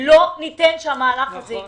לא ניתן שהמהלך הזה יקרה.